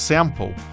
Sample